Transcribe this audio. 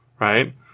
right